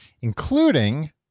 including